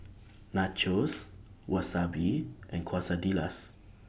Nachos Wasabi and Quesadillas